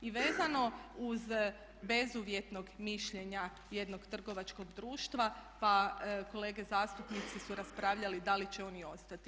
I vezano uz bezuvjetnog mišljenja jednog trgovačkog društva, pa kolege zastupnici su raspravljali da li će oni ostati.